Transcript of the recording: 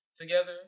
together